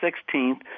sixteenth